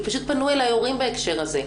פנו אליי הורים בהקשר הזה.